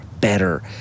better